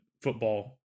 football